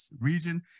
region